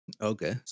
okay